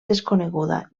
desconeguda